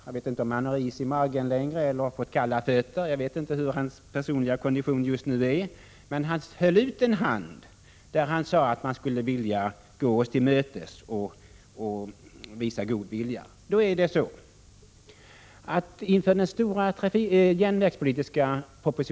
Jag vet inte om han nu har is i magen eller har fått kalla fötter — eller hurdan hans personliga kondition i övrigt nu är — men han höll ut en hand och sade att man skulle vilja gå oss till mötes och visa god vilja.